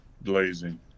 blazing